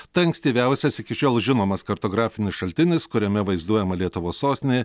tai ankstyviausias iki šiol žinomas kartografinis šaltinis kuriame vaizduojama lietuvos sostinė